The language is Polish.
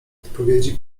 odpowiedzi